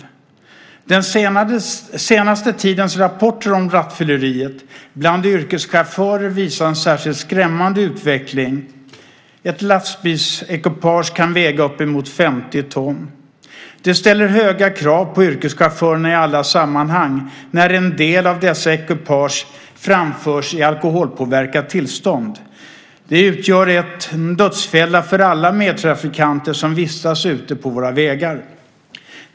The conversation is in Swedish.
Den senaste tidens rapporter om rattfylleri bland yrkeschaufförer visar en särskilt skrämmande utveckling. Ett lastbilsekipage kan väga upp till 50 ton. Det ställer höga krav på yrkeschaufförerna. I alla sammanhang där man framför sådana ekipage alkoholpåverkad utgör de en dödsfälla för alla trafikanter som vistas på vägarna.